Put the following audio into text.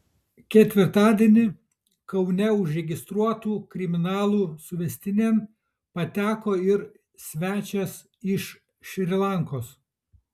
ketvirtadienį kaune užregistruotų kriminalų suvestinėn pateko ir svečias iš šri lankos